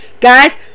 Guys